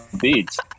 beads